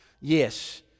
yes